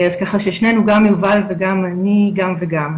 אז ככה ששנינו גם יובל וגם אני גם וגם,